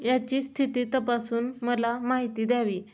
याची स्थिती तपासून मला माहिती द्यावी